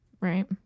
right